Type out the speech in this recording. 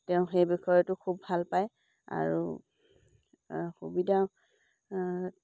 তেওঁ সেই বিষয়টো খুব ভাল পায় আৰু সুবিধা